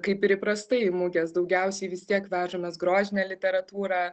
kaip ir įprastai mugės daugiausiai vis tiek vežamės grožinę literatūrą